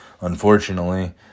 unfortunately